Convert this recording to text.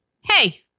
hey